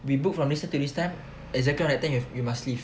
we book from this time to this time exactly at that time you must leave